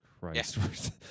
Christ